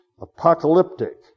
Apocalyptic